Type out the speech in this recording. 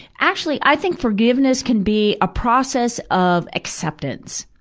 actually, i think forgiveness can be a process of acceptance.